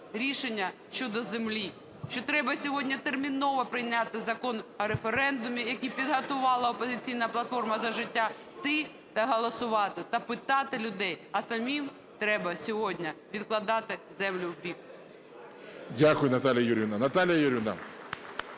рішення щодо землі, що треба сьогодні терміново прийняти закон про референдум, який підготувала "Опозиційна платформа – За життя", йти та голосувати, та питати людей. А самим треба сьогодні відкладати землю вбік. Веде засідання